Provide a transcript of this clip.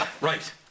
Right